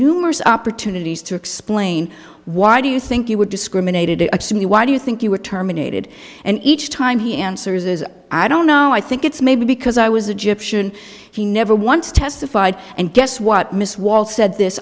numerous opportunities to explain why do you think you were discriminated me why do you think you were terminated and each time he answers as i don't know i think it's maybe because i was a gyptian he never once testified and guess what miss wall said this